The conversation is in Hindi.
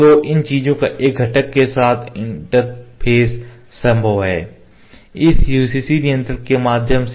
तो इन चीजों का अन्य घटक के साथ इन्टर्फैस संभव है इस UCC नियंत्रक के माध्यम से